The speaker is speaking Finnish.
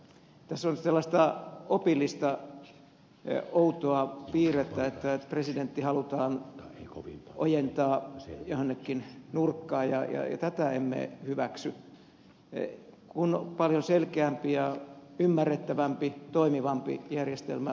tässä on nyt sellaista opillista outoa piirrettä että presidentti halutaan ojentaa jonnekin nurkkaan ja tätä emme hyväksy kun paljon selkeämpi ja ymmärrettävämpi toimivampi järjestelmä on olemassa